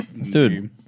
dude